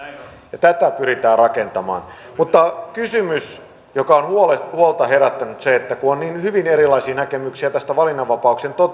ja tätä pyritään rakentamaan kysymys joka on huolta herättänyt on se että on niin hyvin erilaisia näkemyksiä tästä